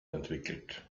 entwickelt